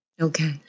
okay